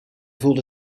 voelde